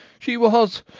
she was,